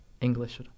English